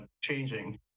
changing